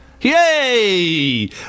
Yay